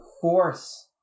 force